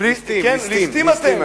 ליסטים אתם,